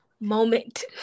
moment